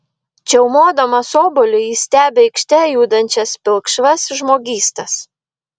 čiaumodamas obuolį jis stebi aikšte judančias pilkšvas žmogystas